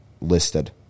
listed